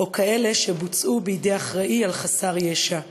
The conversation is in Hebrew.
או כאלה שבוצעו בידי אחראי לחסר ישע.